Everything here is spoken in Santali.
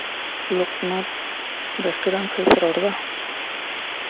ᱞᱳᱠᱱᱟᱛᱷ ᱨᱮᱥᱴᱩᱨᱮᱱᱴ ᱠᱷᱚᱡ ᱯᱮ ᱨᱚᱲᱮᱫᱟ